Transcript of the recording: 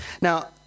Now